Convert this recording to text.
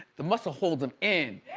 the muscle holds them in.